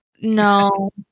no